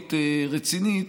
מקצועית רצינית